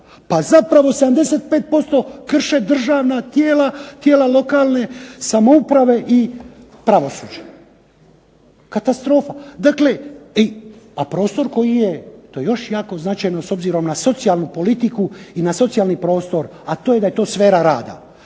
Pa zapravo 75% krše državna tijela, tijela lokalne samouprave i pravosuđe. Katastrofa. Dakle, a prostor koji je, to je još jako značajno s obzirom na socijalnu politiku i na socijalni prostor, a to je da je to sfera rada.